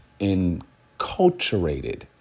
enculturated